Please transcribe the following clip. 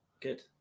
good